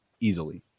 easily